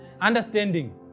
understanding